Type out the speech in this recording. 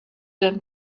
them